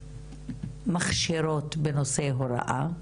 מכשירות בנושא הוראה,